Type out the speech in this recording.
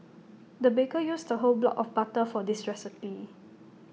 the baker used A whole block of butter for this recipe